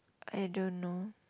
I don't know